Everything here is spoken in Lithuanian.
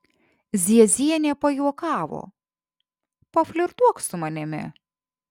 ziezienė pajuokavo paflirtuok su manimi